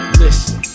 listen